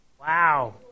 Wow